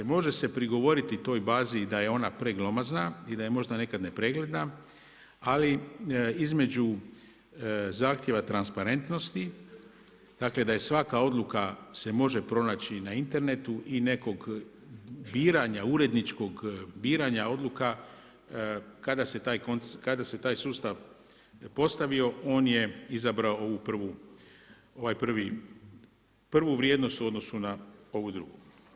Može se prigovoriti toj bazi i da je ona preglomazna i da je možda nekad nepregledna ali između zahtjeva transparentnosti, dakle da je svaka odluka, se može pronaći na internetu i nekakvog biranja, uredničkog biranja odluka kada se taj sustav postavio on je izabrao ovu prvu vrijednost u odnosu na ovu drugu.